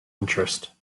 interest